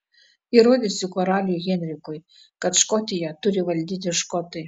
įrodysiu karaliui henrikui kad škotiją turi valdyti škotai